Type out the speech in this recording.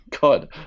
God